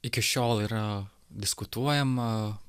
iki šiol yra diskutuojama